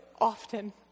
often